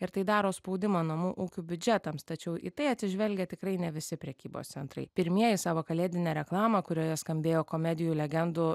ir tai daro spaudimą namų ūkių biudžetams tačiau į tai atsižvelgia tikrai ne visi prekybos centrai pirmieji savo kalėdinę reklamą kurioje skambėjo komedijų legendų